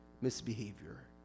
misbehavior